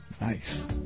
Nice